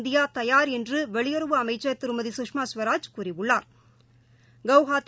இந்தியாதயாா் என்றுவெளியுறவு அமைச்சா் திருமதி சுஷ்மா ஸ்வராஜ் கூறியுள்ளாா்